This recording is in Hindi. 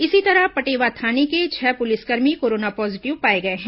इसी तरह पटेवा थाने के छह पुलिसकर्मी कोरोना पॉजीटिव पाए गए हैं